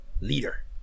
leader